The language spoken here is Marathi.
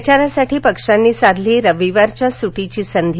प्रचारासाठी पक्षांनी साधली रविवारच्या सुटीची संधी